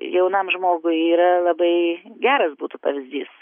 jaunam žmogui yra labai geras būtų pavyzdys